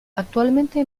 actualmente